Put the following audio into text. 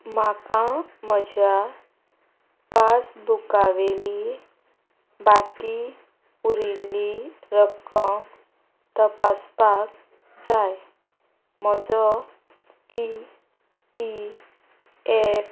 म्हाका म्हज्या पासबुकावेली बाकी उरिल्ली रक्कम तपासपाक जाय म्हजो ई पी एफ